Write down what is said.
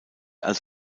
als